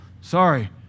sorry